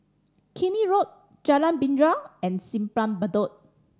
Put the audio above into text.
Keene Road Jalan Binja and Simpang Bedok